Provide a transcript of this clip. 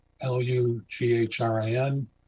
L-U-G-H-R-I-N